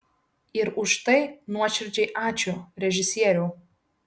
ir už tai nuoširdžiai ačiū režisieriau